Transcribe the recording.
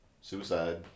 Suicide